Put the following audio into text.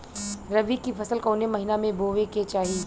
रबी की फसल कौने महिना में बोवे के चाही?